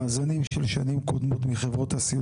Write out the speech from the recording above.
מאזנים של שנים קודמות מחברות הסיעוד